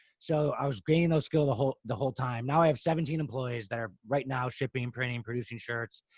so i was gaining those skills the whole the whole time. now i have seventeen employees that are right now, shipping, printing, and producing shirts.